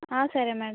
సరే మేడం